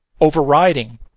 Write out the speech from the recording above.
overriding